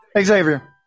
Xavier